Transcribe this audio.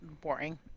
boring